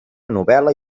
novel·la